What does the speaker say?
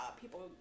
people